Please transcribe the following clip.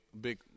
big